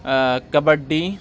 kabaddi